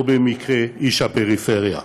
לא במקרה איש הפריפריה,